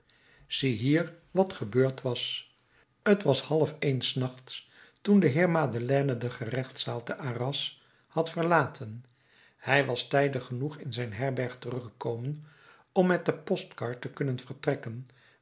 ziehier wat gebeurd was t was half één s nachts toen de heer madeleine de gerechtszaal te arras had verlaten hij was tijdig genoeg in zijn herberg teruggekomen om met de postkar te kunnen vertrekken